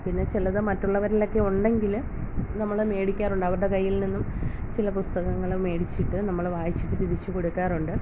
പിന്നെ ചിലത് മറ്റുള്ളവരിലക്കെയുണ്ടെങ്കിൽ നമ്മൾ മേടിക്കാറുണ്ട് അവരുടെ കയ്യിൽ നിന്നും ചില പുസ്തകങ്ങൾ മേടിച്ചിട്ട് നമ്മൾ വായിച്ചിട്ട് തിരിച്ചുകൊടുക്കാറുണ്ട്